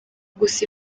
gusa